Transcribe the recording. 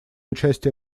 участие